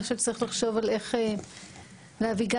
אני חושבת שצריך לחשוב על איך להביא גם